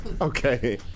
Okay